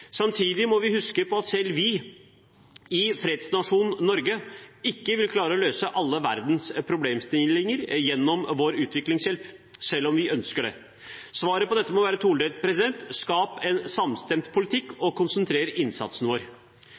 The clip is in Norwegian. Samtidig må vi huske på at selv vi, i fredsnasjonen Norge, ikke vil klare å løse alle verdens problemstillinger gjennom vår utviklingshjelp, selv om vi ønsker det. Svaret på dette må være todelt: Skap en samstemt politikk og konsentrer innsatsen vår.